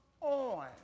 on